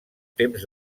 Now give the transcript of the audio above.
temps